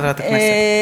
חבר הכנסת חזן,